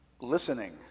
listening